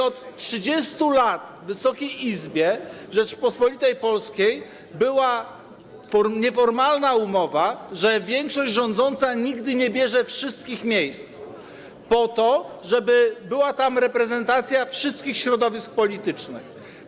Od 30 lat w Wysokiej Izbie Rzeczypospolitej Polskiej była nieformalna umowa, że większość rządząca nigdy nie bierze wszystkich miejsc, z tego względu żeby była tam reprezentacja wszystkich środowisk politycznych.